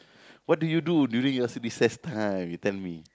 what do you do during your recess time you tell me